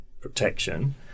protection